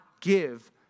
give